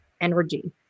energy